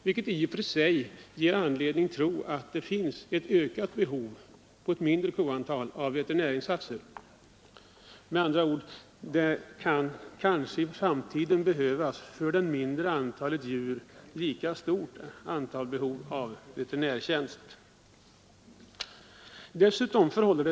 Det ger anledning tro att det på ett mindre koantal finns ett större behov av veterinärinsatser. Det kan med andra ord i framtiden för ett mindre antal djur behövas lika mycket veterinärtjänster som nu.